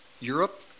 Europe